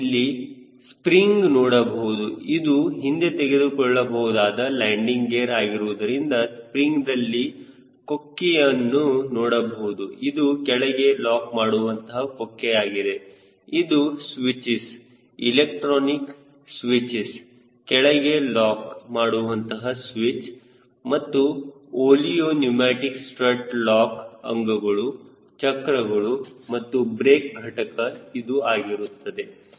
ನೀವು ಇಲ್ಲಿ ಸ್ಪ್ರಿಂಗ್ ನೋಡಬಹುದು ಇದು ಹಿಂದೆತೆಗೆದುಕೊಳ್ಳಬಹುದಾದ ಲ್ಯಾಂಡಿಂಗ್ ಗೇರ್ ಆಗಿರುವುದರಿಂದ ಸ್ಪ್ರಿಂಗ್ದಲ್ಲಿ ಕೊಕ್ಕಿಯನ್ನು ನೋಡಬಹುದು ಇದು ಕೆಳಗೆ ಲಾಕ್ ಮಾಡುವಂತಹ ಕೊಕ್ಕೆ ಆಗಿದೆ ಇದು ಸ್ವಿಚ್ಗಳು ಇಲೆಕ್ಟ್ರಾನಿಕ್ ಸ್ವಿಚ್ಗಳು ಕೆಳಗೆ ಲಾಕ್ ಮಾಡುವಂತಹ ಸ್ವಿಚ್ ಮತ್ತು ಓಲಿಯೋ ನ್ಯೂಮಟಿಕ್ ಸ್ಟ್ರಾಟ್ ಲಾಕ್ ಅಂಗಗಳು ಚಕ್ರಗಳು ಮತ್ತು ಬ್ರೇಕ್ ಘಟಕ ಇದು ಆಗಿರುತ್ತದೆ